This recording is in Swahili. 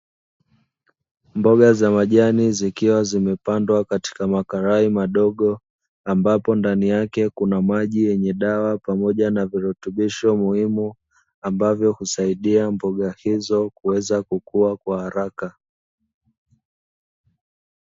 Mboga za majani zikiwa zimepandwa katika makarai madogo ambapo ndani yake Kuna maji , yenye dawa pamoja na virutubisho muhimu , ambazo husaidia mboga hizo kuweza kukua kwa haraka.